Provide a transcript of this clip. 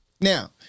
Now